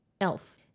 elf